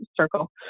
circle